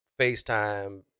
FaceTime